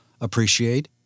appreciate